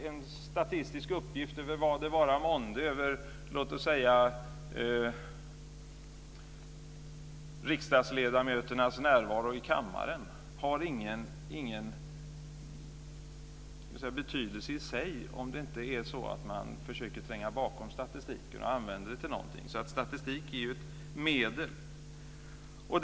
En statistisk uppgift för vad det vara månde, t.ex. för riksdagsledamöternas närvaro i kammaren, har ingen betydelse i sig om man inte försöker tränga bakom statistiken och använda den till någonting. Statistik är alltså ett medel.